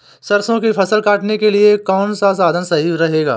सरसो की फसल काटने के लिए कौन सा साधन सही रहेगा?